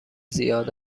زیاد